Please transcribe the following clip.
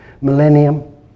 millennium